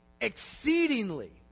exceedingly